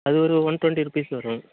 அது ஒரு one twenty rupees வரும்